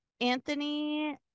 Anthony